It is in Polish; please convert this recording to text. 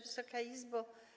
Wysoka Izbo!